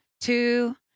Two